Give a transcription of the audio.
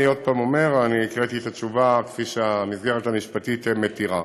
אני עוד פעם אומר: אני הקראתי את התשובה כפי שהמסגרת המשפטית מתירה.